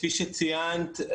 כפי שציינת,